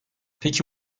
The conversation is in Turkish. peki